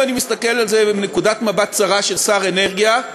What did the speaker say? אם אני מסתכל על זה מנקודת מבט צרה של שר אנרגיה,